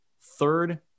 third